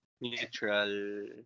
neutral